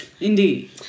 Indeed